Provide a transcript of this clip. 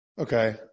Okay